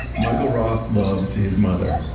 michael roth loves his mother,